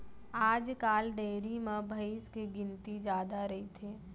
आजकाल डेयरी म भईंस के गिनती जादा रइथे